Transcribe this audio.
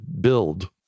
build